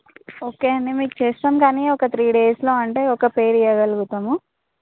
okay అండి మీకు చేస్తాం కానీ ఒక త్రీ డేస్లో అంటే ఒక పెయిర్ ఇవ్వగలుగుతాము